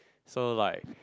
so like